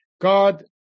God